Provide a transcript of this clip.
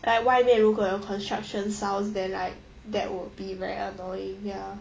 like 外面如果有 construction sound then like that would be very annoying ya